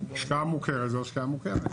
השקעה מוכרת זו השקעה מוכרת.